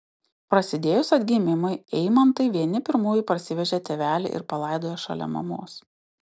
prasidėjus atgimimui eimantai vieni pirmųjų parsivežė tėvelį ir palaidojo šalia mamos